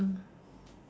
ah